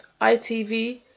itv